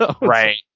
Right